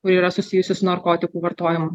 kuri yra susijusi su narkotikų vartojimu